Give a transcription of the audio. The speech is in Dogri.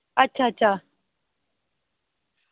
अच्छा अच्छा